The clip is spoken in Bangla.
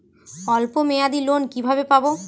অল্প মেয়াদি লোন কিভাবে পাব?